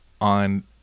on